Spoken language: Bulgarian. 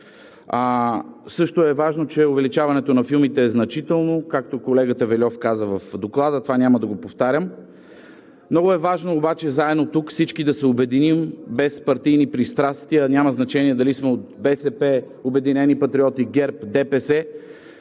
Също е важно, че увеличаването на филмите е значително, както колегата Вельов каза в Доклада, това няма да го повтарям. Много е важно обаче заедно тук всички да се обединим без партийни пристрастия, няма значение дали сме от БСП, „Обединени патриоти“, ГЕРБ, ДПС.